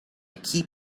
keep